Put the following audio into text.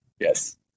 yes